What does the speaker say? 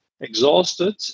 exhausted